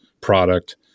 product